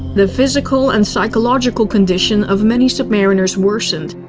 the physical and psychological condition of many submariners worsened.